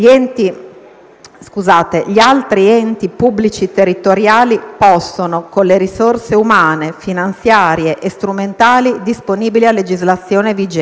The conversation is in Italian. "gli altri enti pubblici territoriali possono, con le risorse umane, finanziarie e strumentali disponibili a legislazione vigente";